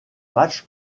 match